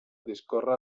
discorre